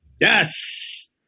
Yes